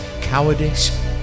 cowardice